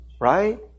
right